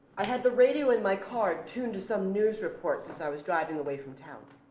i had the radio in my car tuned to some news reports as i was driving away from town.